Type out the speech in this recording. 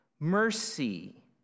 mercy